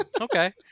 okay